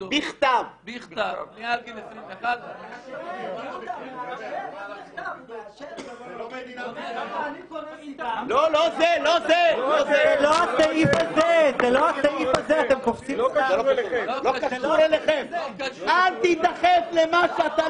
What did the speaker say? ביוזמתו בכתב מעל גיל 21. -- אל תידחף למה שאתה